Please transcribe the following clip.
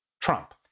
Trump